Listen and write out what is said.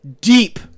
deep